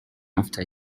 after